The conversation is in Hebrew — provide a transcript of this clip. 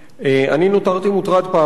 אני נותרתי מוטרד פעמיים,